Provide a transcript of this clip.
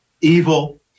Evil